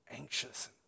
Anxious